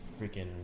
freaking